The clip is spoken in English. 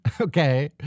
Okay